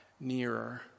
nearer